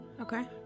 okay